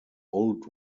old